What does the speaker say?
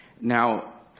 Now